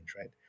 right